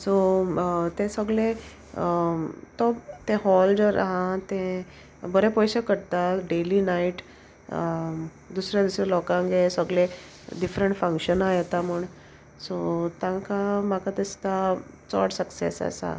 so ते सोगले तो ते हॉल जर आहा तें बरें पयशे करता डेली नायट दुसऱ्या दुसऱ्या लोकांक ये सोगले डिफरंट फंक्शनां येता म्हूण सो तांकां म्हाका दिसता चोड सक्सेस आसा